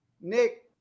Nick